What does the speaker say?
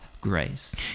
grace